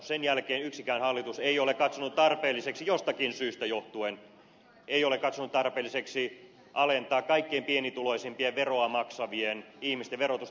sen jälkeen yksikään hallitus ei ole katsonut tarpeelliseksi jostakin syystä johtuen alentaa kaikkein pienituloisimpien veroa maksavien ihmisten verotusta